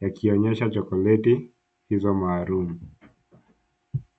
yakionyesha chokoleti hizo maalum.